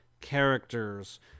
characters